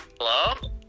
Hello